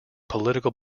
political